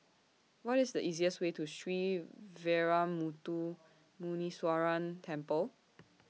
What IS The easiest Way to Sree Veeramuthu Muneeswaran Temple